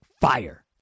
FIRE